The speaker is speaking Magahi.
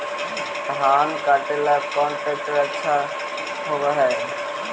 धान कटे ला कौन ट्रैक्टर अच्छा होबा है?